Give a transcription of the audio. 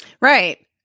right